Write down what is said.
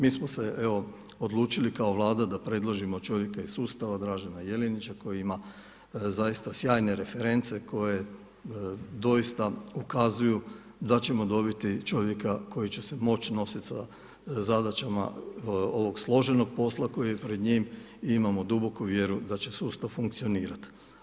Mi smo se odlučili kao Vlada da predložimo čovjeka iz sustava, Dražena Jelinića koji ima zaista sjajne reference koje doista ukazuju da ćemo dobiti čovjeka koji će se moći nosit sa zadaćama ovog složenog posla koji je pred njim i imamo duboku vjeru da će sustav funkcionirat.